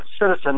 citizen